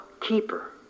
keeper